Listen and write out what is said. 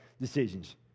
decisions